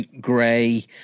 grey